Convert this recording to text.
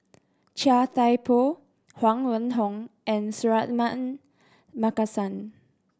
Chia Thye Poh Huang Wenhong and Suratman Markasan